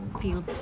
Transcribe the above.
feel